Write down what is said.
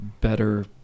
better